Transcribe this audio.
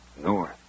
North